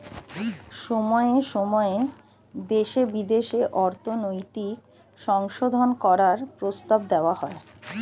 সময়ে সময়ে দেশে বিদেশে অর্থনৈতিক সংশোধন করার প্রস্তাব দেওয়া হয়